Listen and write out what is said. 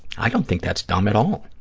i don't think that's dumb at all.